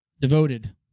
devoted